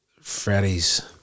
Freddy's